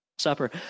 supper